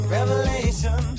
Revelation